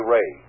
Ray